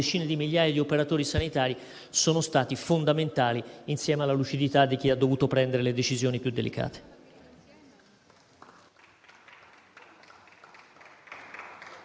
decine di migliaia di operatori sanitari sono stati fondamentali, insieme alla lucidità di chi ha dovuto prendere le decisioni più delicate.